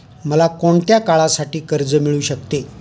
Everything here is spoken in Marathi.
मला कोणत्या काळासाठी कर्ज मिळू शकते?